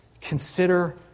consider